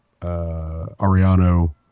Ariano